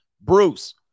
Bruce